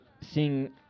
seeing